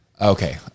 Okay